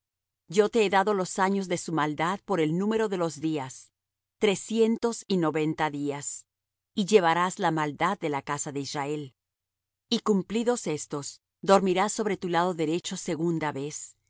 yo te he dado los años de su maldad por el número de los días trescientos y noventa días y llevarás la maldad de la casa de israel y cumplidos estos dormirás sobre tu lado derecho segunda vez